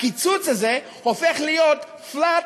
הקיצוץ הזה הופך להיות flat,